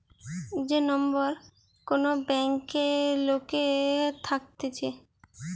যে নম্বর কোন ব্যাংকে লোকের থাকতেছে